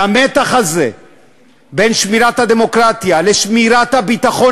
והמתח הזה בין שמירת הדמוקרטיה לשמירת הביטחון